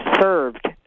served